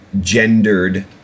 gendered